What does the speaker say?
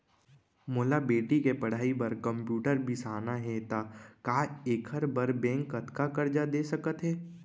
मोला बेटी के पढ़ई बार कम्प्यूटर बिसाना हे त का एखर बर बैंक कतका करजा दे सकत हे?